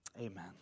amen